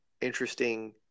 interesting